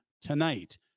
tonight